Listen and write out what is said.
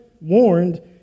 warned